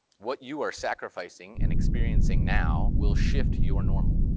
what you are sacrificing and experiencing now will shift your normal.